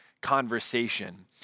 conversation